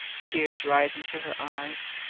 tears rising to her eyes.